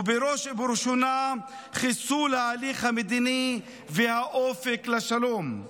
ובראש ובראשונה חיסול ההליך המדיני והאופק לשלום,